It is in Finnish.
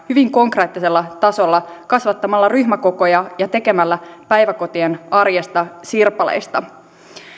hyvin konkreettisella tasolla kasvattamalla ryhmäkokoja ja tekemällä päiväkotien arjesta sirpaleista